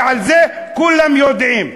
ואת זה כולם יודעים,